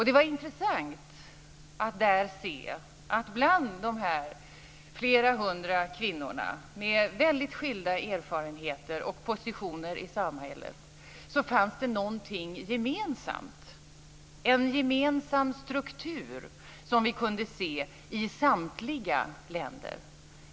Det var intressant att där se att det bland dessa flera hundra kvinnor, med väldigt skilda erfarenheter och positioner i samhället, fanns något gemensamt, en gemensam struktur som vi kunde se i samtliga länder.